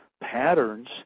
patterns